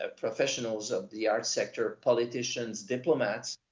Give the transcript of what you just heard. ah professionals of the art sector, politicians, diplomats,